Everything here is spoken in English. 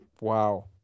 Wow